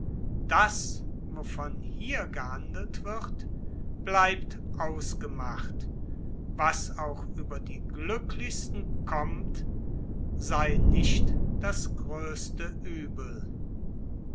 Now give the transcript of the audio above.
das wovon hier gehandelt wird bleibt ausgemacht was auch über die glücklichsten kommt sei nicht das größte uebel